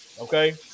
Okay